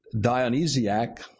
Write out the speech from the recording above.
Dionysiac